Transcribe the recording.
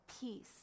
peace